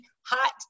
Hot